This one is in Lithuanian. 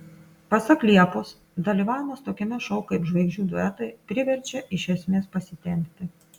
pasak liepos dalyvavimas tokiame šou kaip žvaigždžių duetai priverčia iš esmės pasitempti